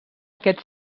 aquest